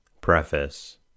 Preface